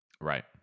Right